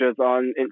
on